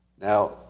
Now